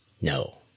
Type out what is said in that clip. No